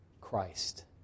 Christ